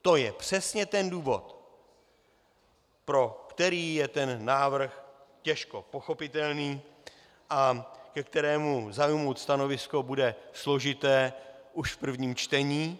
To je přesně ten důvod, pro který je ten návrh těžko pochopitelný a ke kterému zaujmout stanovisko bude složité už v prvním čtení.